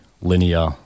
linear